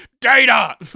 Data